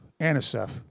Anisef